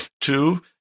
Two